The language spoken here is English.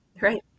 right